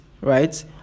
right